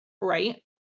Right